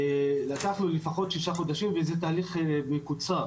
לקח לו לפחות שישה חודשים וזה תהליך מקוצר.